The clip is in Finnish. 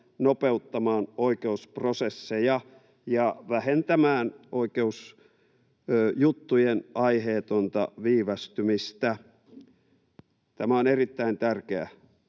nopeuttamaan oikeusprosesseja ja vähentämään oikeusjuttujen aiheetonta viivästymistä. Tämä on erittäin tärkeä